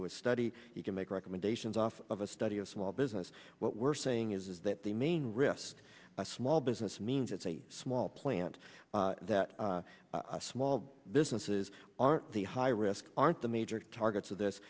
do a study you can make recommendations off of a study of small business what we're saying is that the main risk by small business means it's a small plant that small businesses are the high risk aren't the major targets of th